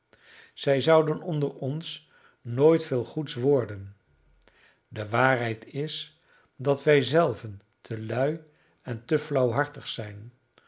zij zouden onder ons nooit veel goeds worden de waarheid is dat wij zelven te lui en te flauwhartig zijn